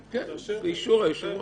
כן, באישור היושב-ראש.